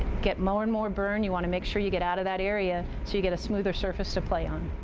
get more and more burn, you want to make sure you get out of that area so you get a smoother surface to play on.